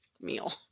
meal